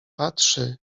patrzy